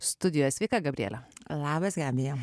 studijoj sveika gabriele labas gabija